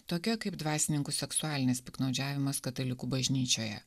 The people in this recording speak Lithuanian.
tokia kaip dvasininkų seksualinis piktnaudžiavimas katalikų bažnyčioje